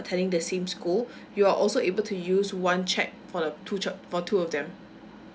attending the same school you're also able to use one chequet for the two child~ for two of them